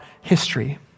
history